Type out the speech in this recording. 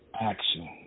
action